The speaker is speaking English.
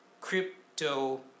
crypto